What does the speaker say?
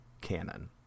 canon